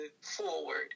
forward